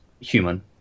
human